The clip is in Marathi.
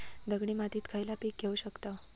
दगडी मातीत खयला पीक घेव शकताव?